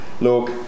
Look